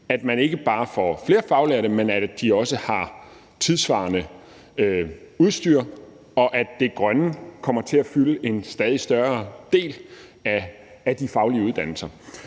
at man ikke bare får flere faglærte, men at de også har tidssvarende udstyr, og at det grønne kommer til at blive en stadigt større del af de faglige uddannelser.